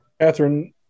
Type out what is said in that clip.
Catherine